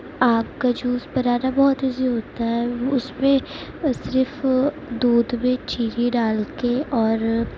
آم کا جوس بنانا بہت ایزی ہوتا ہے اس میں صرف دودھ میں چینی ڈال کے اور